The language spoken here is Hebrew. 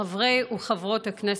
חברי וחברות הכנסת,